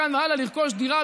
דירה,